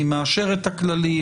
מי מאשר את הכללים,